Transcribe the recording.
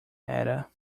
ada